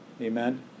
Amen